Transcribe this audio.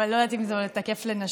אבל אני לא יודעת אם זה תקף לנשים.